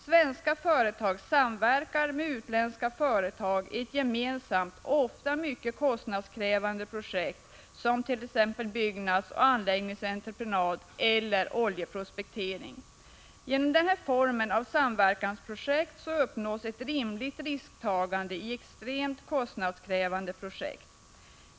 Svenska företag samverkar med utländska företag i ett gemensamt, ofta mycket kostnadskrävande projekt. Det kan t.ex. gälla byggnadsoch anläggningsentreprenad eller oljeprospektering. Genom denna form av samprojektering uppnås ett rimligt risktagande i extremt kostnadskrävande projekt.